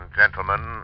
gentlemen